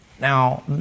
Now